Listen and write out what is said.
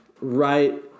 right